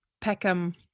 peckham